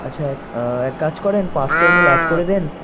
আচ্ছা এক এক কাজ করেন পাঁচশো এমএল অ্যাড করে দেন